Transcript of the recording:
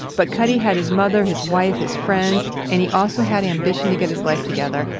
but cutty had his mother, his wife, his friends, and he also had ambition to get his life together.